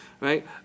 right